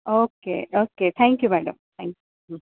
okay okay thank you madam thank you